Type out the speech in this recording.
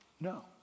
No